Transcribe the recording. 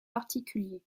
particuliers